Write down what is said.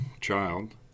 child